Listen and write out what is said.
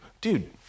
dude